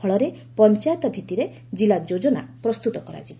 ଫଳରେ ପଞ୍ଚାୟତ ଭିଭିରେ ଜିଲ୍ଲା ଯୋଜନା ପ୍ରସ୍ତୁତ କରାଯିବ